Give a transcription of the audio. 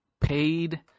Paid